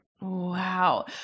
Wow